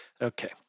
Okay